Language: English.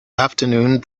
afternoon